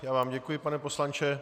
Já vám děkuji, pane poslanče.